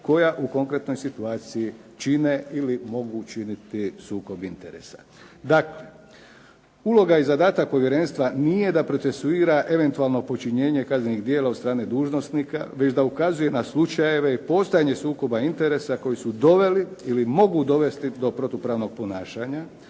koja u konkretnoj situaciji čine ili mogu činiti sukob interesa. Dakle, uloga i zadatak povjerenstva nije da procesuira eventualno počinjenje kaznenih djela od strane dužnosnika, već da ukazuje na slučajeve i postojanje sukoba interesa koji su doveli ili mogu dovesti do protupravnog ponašanja,